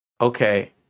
Okay